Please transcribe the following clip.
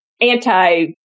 anti